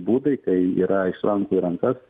būdai kai yra iš rankų į rankas